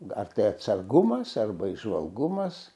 ar tai atsargumas arba įžvalgumas